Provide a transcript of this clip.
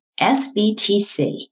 SBTC